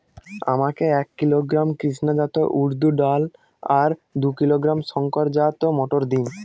আমাকে এক কিলোগ্রাম কৃষ্ণা জাত উর্দ ডাল আর দু কিলোগ্রাম শঙ্কর জাত মোটর দিন?